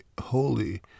holy